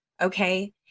Okay